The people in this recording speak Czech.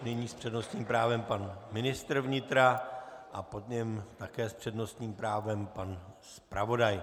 Nyní s přednostním právem pan ministr vnitra a po něm také s přednostním právem pan zpravodaj.